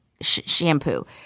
shampoo